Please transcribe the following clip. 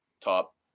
top